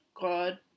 God